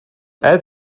add